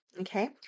okay